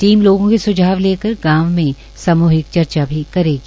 team लोगों के सुझाव लेकर गांव में सामूहिक चर्चा भी करेगी